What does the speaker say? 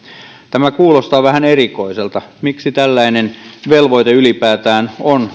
tämä kuulostaa vähän erikoiselta miksi tällainen velvoite ylipäätään on